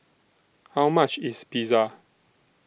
How much IS Pizza